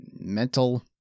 mental